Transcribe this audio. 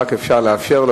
אם רק אפשר לאפשר לו.